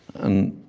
and